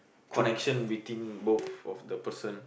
connection between both of the person